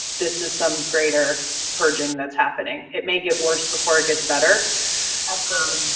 this is some greater purging that's happening. it may get worse before it gets better absolutely.